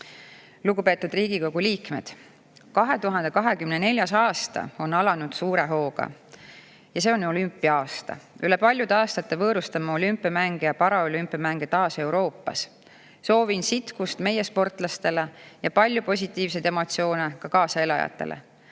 keskmes. Lugupeetud Riigikogu liikmed! 2024. aasta on alanud suure hooga. See on olümpia-aasta. Üle paljude aastate võõrustame olümpiamänge ja paraolümpiamänge taas Euroopas. Soovin sitkust meie sportlastele ja palju positiivseid emotsioone ka kaasaelajatele.